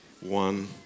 one